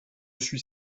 suis